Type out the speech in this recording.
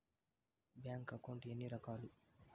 bank account ఎన్ని రకాలు